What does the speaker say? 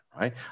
right